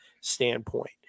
standpoint